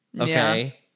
okay